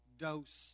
dose